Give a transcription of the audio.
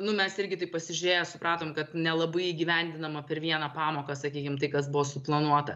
nu mes irgi taip pasižiūrėję supratom kad nelabai įgyvendinama per vieną pamoką sakykim tai kas buvo suplanuota